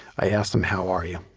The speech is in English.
i ask them, how are you?